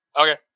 Okay